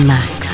Max